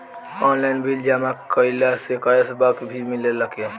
Online bill जमा कईला से कैश बक भी मिलेला की?